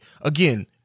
again